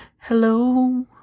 hello